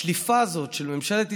השליפה הזאת של ממשלת ישראל,